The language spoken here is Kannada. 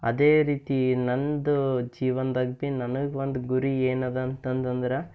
ಅದೇ ರೀತಿ ನನ್ನದು ಜೀವನ್ದಾಗ ಭೀ ನನಗೆ ಒಂದು ಗುರಿ ಏನದ ಅಂತಂದು ಅಂದರೆ